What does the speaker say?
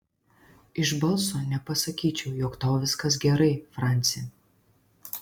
iš balso nepasakyčiau jog tau viskas gerai franci